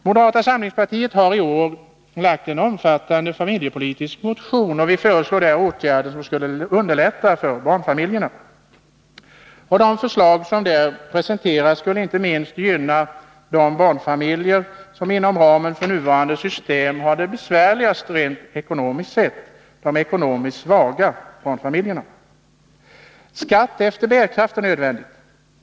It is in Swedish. Moderata samlingspartiet har i år väckt en omfattande familjepolitisk motion. Vi föreslår där åtgärder som skulle underlätta för barnfamiljerna. De förslag som där presenteras skulle inte minst gynna de barnfamiljer som inom ramen för nuvarande system rent ekonomiskt sett har det besvärligast — de ekonomiskt svaga barnfamiljerna. Skatt efter bärkraft är nödvändig.